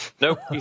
Nope